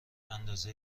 اندازه